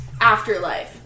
afterlife